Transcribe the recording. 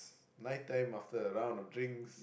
night time after a round of drinks